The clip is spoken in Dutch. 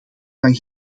van